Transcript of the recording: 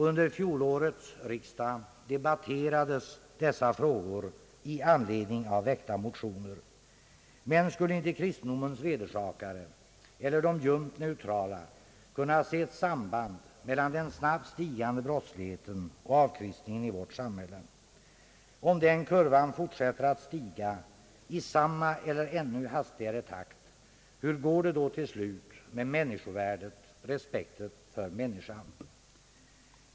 Under fjolårets riksdag debatterades dessa frågor i anledning av väckta motioner. Men skulle inte kristendomens vedersakare eller de ljumt neutrala kunna se ett samband mellan den snabbt stigande brottsligheten och avkristningen i vårt samhälle? Om den kurvan fortsätter att stiga i samma eller ännu hastigare takt, hur går det då till slut med människovärdet, respekten för människan?